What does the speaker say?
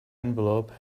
envelope